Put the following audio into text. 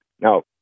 Now